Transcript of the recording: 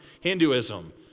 hinduism